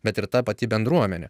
bet ir ta pati bendruomenė